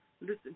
listen